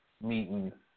Meeting